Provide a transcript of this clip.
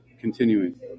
Continuing